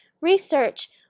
Research